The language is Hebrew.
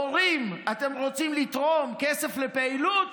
הורים, אתם רוצים לתרום כסף לפעילות?